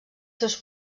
seus